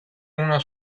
uno